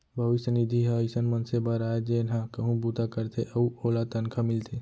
भविस्य निधि ह अइसन मनसे बर आय जेन ह कहूँ बूता करथे अउ ओला तनखा मिलथे